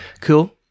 Cool